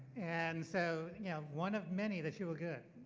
and so yeah one of many that you will get.